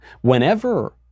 Whenever